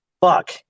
fuck